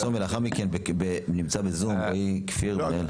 לאחר מכן נמצא רועי כפיר.